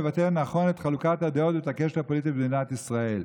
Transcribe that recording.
ואינו מבטא נכון את חלוקת הדעות ואת הקשת הפוליטית במדינת ישראל.